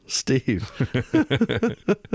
Steve